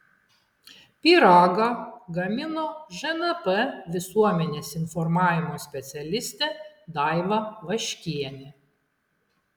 pyragą gamino žnp visuomenės informavimo specialistė daiva vaškienė